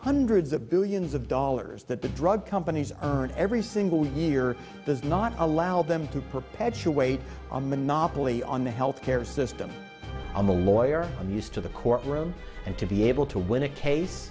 hundreds of billions of dollars that the drug companies are in every single year does not allow them to perpetuate a monopoly on the health care system i'm a lawyer i'm used to the courtroom and to be able to win a case